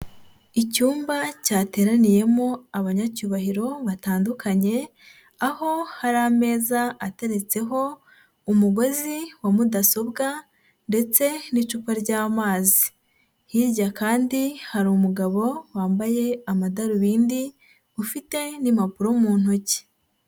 Icyumba cyateraniyemo abanyacyubahiro batandukanye, aho hari ameza ateretseho umugozi wa mudasobwa ndetse n'icupa ry'amazi, hirya kandi hari umugabo wambaye amadarubindi, ufite n'impapuro mu ntoki.